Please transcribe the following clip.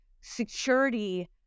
security